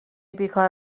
بیکار